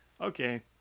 okay